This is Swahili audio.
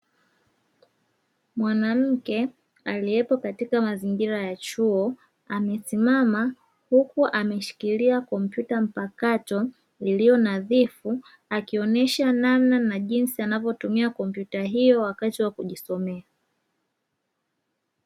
Mwanamke aliyepo katika mazingira ya chuo, amesimama huku ameshikilia kompyuta mpakato iliyo nadhifu. Akionesha namna na jinsi anavyotumia kompyuta hiyo wakati wa kujisomea.